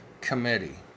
committee